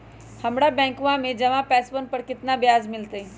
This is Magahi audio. हम्मरा बैंकवा में जमा पैसवन पर कितना ब्याज मिलतय?